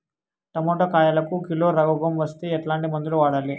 Tomato కాయలకు కిలో రోగం వస్తే ఎట్లాంటి మందులు వాడాలి?